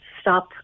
stop